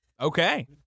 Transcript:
Okay